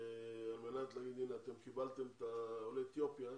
על מנת להגיד: הנה, אתם קיבלתם את עולי אתיופיה,